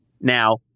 Now